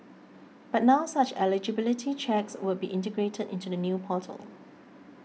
but now such eligibility checks would be integrated into the new portal